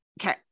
okay